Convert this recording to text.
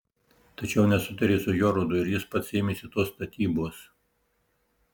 tačiau nesutarė su jorudu ir jis pats ėmėsi tos statybos